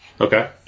Okay